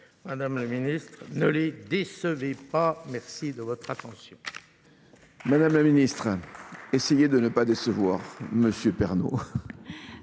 Madame le ministre, ne les décevez pas. Merci de votre attention. Madame la Ministre, essayez de ne pas décevoir M. Pernod.